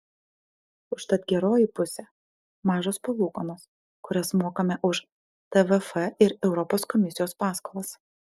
užtat geroji pusė mažos palūkanos kurias mokame už tvf ir europos komisijos paskolas